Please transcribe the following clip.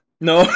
No